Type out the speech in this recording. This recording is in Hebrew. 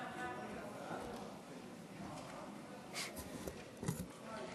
חוק הבנקאות (שירות ללקוח) (תיקון